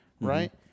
right